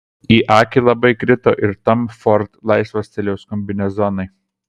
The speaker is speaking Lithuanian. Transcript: į akį labai krito ir tom ford laisvo stiliaus kombinezonai